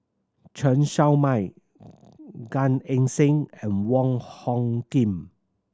Chen Show Mao Gan Eng Seng and Wong Hung Khim